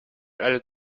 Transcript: alle